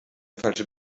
falsche